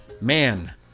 man